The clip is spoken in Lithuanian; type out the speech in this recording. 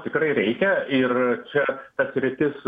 tikrai reikia ir čia ta sritis